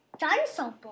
Dinosaur